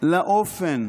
לאופן